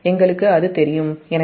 எனவே β2 β 1